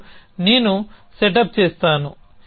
మరియు నేను సెటప్ చేస్తాను